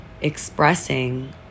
expressing